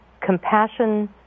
compassion